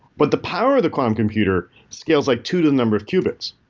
but the power of the quantum computer scales like two to the number of qubits.